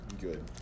good